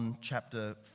chapter